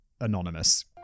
anonymous